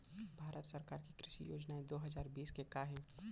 भारत सरकार के कृषि योजनाएं दो हजार बीस के का हे?